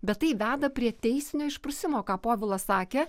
bet tai veda prie teisinio išprusimo ką povilas sakė